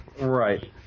Right